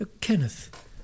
Kenneth